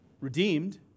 Redeemed